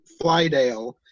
flydale